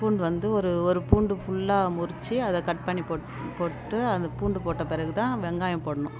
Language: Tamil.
பூண்டு வந்து ஒரு ஒரு பூண்டு ஃபுல்லாக உரித்து அதை கட் பண்ணி போட்டு போட்டு அந்த பூண்டு போட்ட பிறகு தான் வெங்காயம் போடணும்